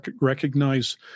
recognize